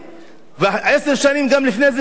ועשר שנים לפני זה גם שופט,